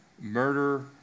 murder